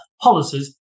policies